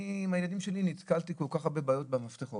אני עם הילדים שלי נתקלתי כל כך הרבה בעיות במפתחות,